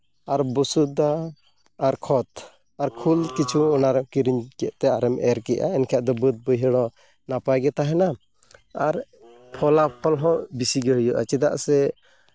ᱟᱨ ᱵᱩᱥᱩᱫᱟ ᱟᱨ ᱠᱷᱚᱛ ᱟᱨ ᱠᱷᱳᱞ ᱠᱤᱪᱷᱩ ᱚᱱᱟᱨᱮ ᱠᱤᱨᱤᱧ ᱠᱟᱛᱮᱫ ᱚᱱᱟᱨᱮ ᱠᱤᱨᱤᱧ ᱠᱮᱫ ᱛᱮ ᱟᱨᱮᱢ ᱮᱨ ᱠᱮᱫᱼᱟ ᱮᱱᱠᱷᱟᱱ ᱫᱚ ᱵᱟᱹᱫᱽ ᱵᱟᱹᱭᱦᱟᱹᱲ ᱦᱚᱸ ᱱᱟᱯᱟᱭᱜᱮ ᱛᱟᱦᱮᱱᱟ ᱟᱨ ᱯᱷᱚᱞᱟᱯᱷᱚᱞ ᱦᱚᱸ ᱵᱮᱥᱤᱜᱮ ᱦᱩᱭᱩᱜᱼᱟ ᱪᱮᱫᱟᱜ ᱥᱮ